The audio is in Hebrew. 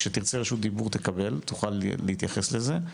כשתרצה רשות דיבור אתה תקבל ותוכל להתייחס לזה.